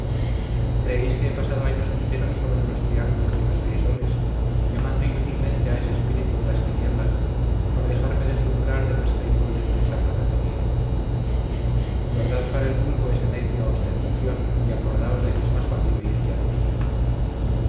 creéis que he pasado años enteros sobre los triángulos y los crisoles llamando inútilmente a ese espíritu de las tinieblas para dejarme deslumbrar de vuestra imprudente charlatanería guardad para el vulgo esa necia ostentación y acordaos de que es más fácil oír que adivinar